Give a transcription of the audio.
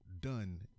done